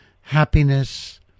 happiness